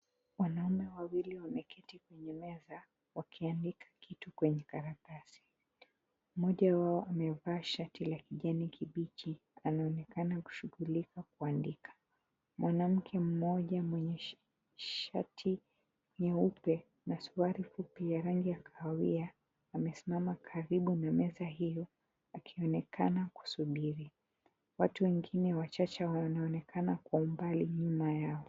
Wanaume wawili wameketi kwenye meza wakiandika kitu kwenye karatasi. Mmoja wao amevaa shati la kijani kibichi anaonekana kushughulika kuandika. Mwanamke mmoja mwenye shati nyeupe suruali fupi yenye rangi ya kahawia amesimama karibu na meza hiyo ikionekana kusubiri watu wengine wachache hawa wanaonekana kuwa mbali nyuma yao.